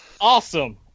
Awesome